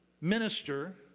minister